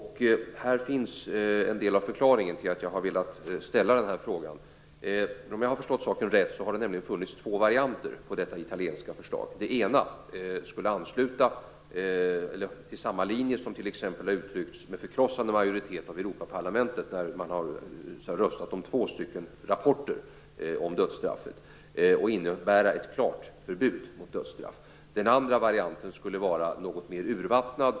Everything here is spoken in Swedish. Här finns en del av förklaringen till att jag har velat ställa den här frågan. Om jag har förstått saken rätt, har det nämligen funnits två varianter av detta italienska förslag. Det ena skulle ansluta till samma linje som t.ex. har uttryckts med förkrossande majoritet av Europaparlamentet, där man har röstat om två rapporter om dödsstraffet, och innebära ett klart förbud mot dödsstraff. Den andra varianten skulle vara något mer urvattnad.